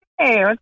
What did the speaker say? Hey